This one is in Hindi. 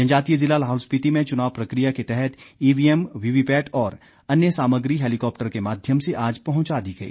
जनजातीय जिला लाहौल स्पिति में चुनाव प्रक्रिया के तहत ईवीएम वीवीपैट और अन्य सामग्री हैलीकॉप्टर के माध्यम से आज पहुंचा दी गई